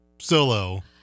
Solo